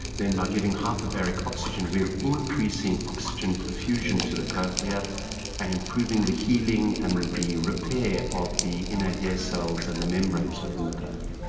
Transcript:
then by giving hyperbaric oxygen we are increasing oxygen perfusion to the cochlear and improving the healing and the repair of the inner ear cells and the membranes within the cochlear.